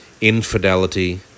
infidelity